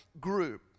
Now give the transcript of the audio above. group